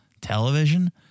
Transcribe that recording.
television